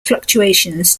fluctuations